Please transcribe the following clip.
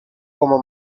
como